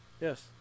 Yes